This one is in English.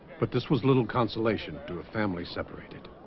but this was little consolation to a family separated